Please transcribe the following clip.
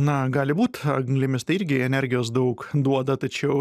na gali būt anglimis tai irgi energijos daug duoda tačiau